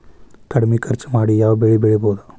ಕಡಮಿ ಖರ್ಚ ಮಾಡಿ ಯಾವ್ ಬೆಳಿ ಬೆಳಿಬೋದ್?